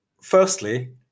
firstly